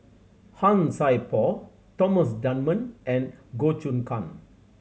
Han Sai Por Thomas Dunman and Goh Choon Kang